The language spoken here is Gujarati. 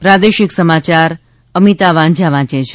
પ્રાદેશિક સમાચાર અમિતા વાંઝા વાંચે છે